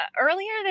earlier